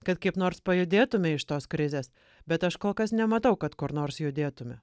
kad kaip nors pajudėtume iš tos krizės bet aš kol kas nematau kad kur nors judėtume